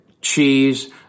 cheese